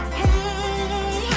hey